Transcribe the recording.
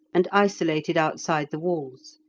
and isolated outside the walls.